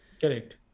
Correct